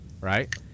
right